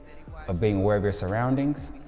of being aware of your surroundings,